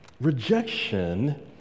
Rejection